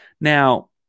Now